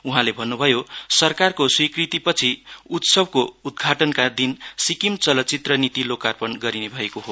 उहाँले सरकारको स्वीकृती पछि उत्सवको उद्घाटनका दिन सिक्किम चलचित्र नीति लोर्कापण गरिने भएको हो